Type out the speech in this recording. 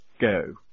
Go